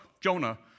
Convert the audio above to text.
Jonah